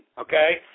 okay